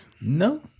No